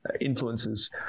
influences